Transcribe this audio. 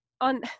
on